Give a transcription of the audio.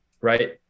right